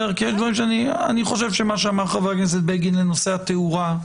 אני חושב שמה שאמר חבר הכנסת לבגין לנושא התאורה,